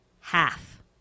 half